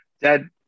Dad